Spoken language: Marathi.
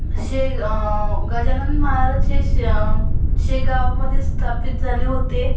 शेग गजानन महाराज हे शे शेगावमध्ये स्थापित झाले होते